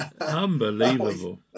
unbelievable